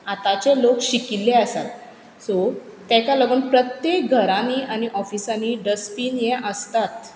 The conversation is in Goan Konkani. आतांचे लोक शिकिल्ले आसात सो तेका लागोन प्रत्येक घरांनी आनी ऑफिसांनी डस्टबीन हें आसताच